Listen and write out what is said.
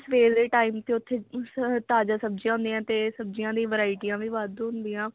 ਸਵੇਰ ਦੇ ਟਾਈਮ 'ਚ ਉੱਥੇ ਸ ਤਾਜ਼ਾ ਸਬਜ਼ੀਆਂ ਹੁੰਦੀਆਂ ਅਤੇ ਸਬਜ਼ੀਆਂ ਦੀ ਵਰਾਈਟੀਆਂ ਵੀ ਵੱਧ ਹੁੰਦੀਆਂ